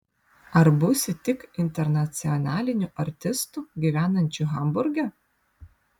ar būsi tik internacionaliniu artistu gyvenančiu hamburge